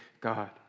God